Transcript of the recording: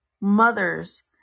mothers